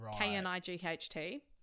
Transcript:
k-n-i-g-h-t